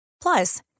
Plus